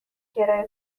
کرایه